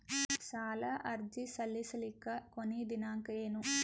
ಸಾಲ ಅರ್ಜಿ ಸಲ್ಲಿಸಲಿಕ ಕೊನಿ ದಿನಾಂಕ ಏನು?